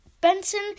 benson